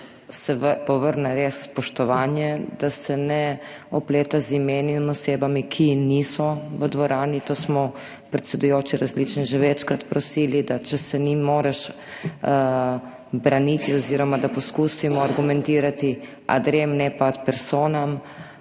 res povrne spoštovanje, da se ne opleta z imeni in osebami, ki niso v dvorani. To smo predsedujoči različne [osebe] že večkrat prosili, da če se ne moreš braniti oziroma da poskusimo argumentirati ad rem, ne pa ad personam,